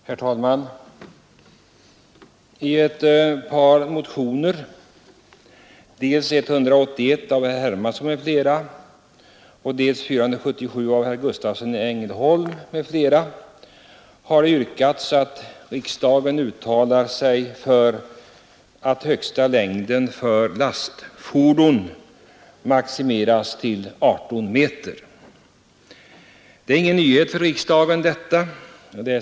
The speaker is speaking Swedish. Herr talman! I ett par motioner — dels 181 av herr Hermansson m.fl., dels 477 av herr Gustavsson i Ängelholm m.fl. — har yrkats att riksdagen uttalar sig för att maximilängden på landsvägsfordon begränsas till 18 meter. Detta är ingen nyhet för riksdagen.